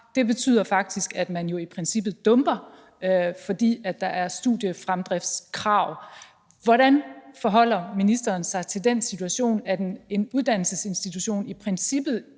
Det betyder faktisk, at man i princippet dumper, fordi der er studiefremdriftskrav. Hvordan forholder ministeren sig til den situation, at en uddannelsesinstitution i princippet